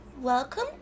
Welcome